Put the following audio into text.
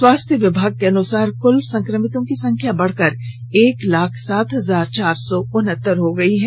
स्वास्थ्य विभाग के अनुसार कुल संक्रमितों की संख्या बढ़कर एक लाख सात हजार चार सौ उनहत्तर हो गई है